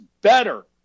better